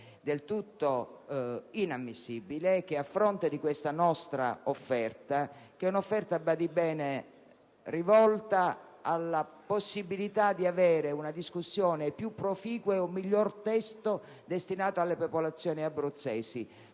del tutto inammissibile e molto strano che, a fronte di questa nostra offerta (un'offerta - si badi bene - rivolta alla possibilità di avere una discussione più proficua e un miglior testo destinato alle popolazioni abruzzesi: